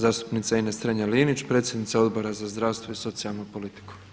Zastupnica Ines Strenja-Linić, predsjednica Odbora za zdravstvo i socijalnu politiku.